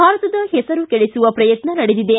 ಭಾರತದ ಹೆಸರು ಕೆಡಿಸುವ ಪ್ರಯತ್ನ ನಡೆದಿದೆ